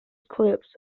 clips